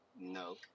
No